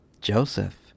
Joseph